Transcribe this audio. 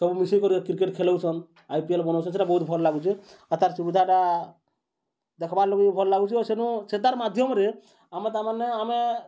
ସବୁ ମିଶିକରି କ୍ରିକେଟ୍ ଖେଲଉଛନ୍ ଆଇ ପି ଏଲ୍ ବନଉଚନ୍ ସେଟା ବହୁତ୍ ଭଲ୍ ଲାଗୁଚେ ଆଉ ତାର୍ ସୁବିଧାଟା ଦେଖ୍ବାର୍ ଲାଗି ବି ଭଲ୍ ଲାଗୁଚେ ଆଉ ସେନୁ ସେ ତାର୍ ମାଧ୍ୟମ୍ରେ ଆମେ ତାମାନେ ଆମେ